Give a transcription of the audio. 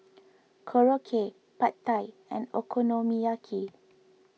Korokke Pad Thai and Okonomiyaki